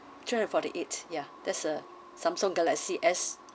three hundred and forty-eight ya that's a Samsung galaxy S